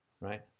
Right